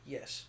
Yes